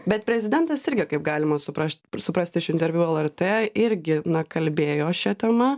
bet prezidentas irgi kaip galima suprašt suprast iš interviu lrt irgi na kalbėjo šia tema